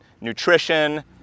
Nutrition